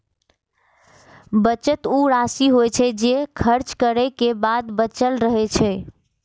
बचत ऊ राशि होइ छै, जे खर्च करै के बाद बचल रहै छै